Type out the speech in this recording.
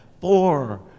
four